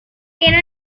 tiene